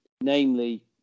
namely